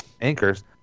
anchors